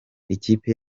ikipe